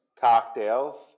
Cocktails